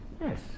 Yes